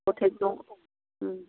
hotel दं